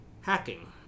hacking